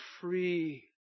free